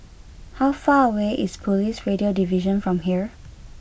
how far away is Police Radio Division from here